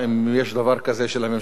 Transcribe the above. אם יש דבר כזה לממשלה,